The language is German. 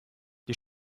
die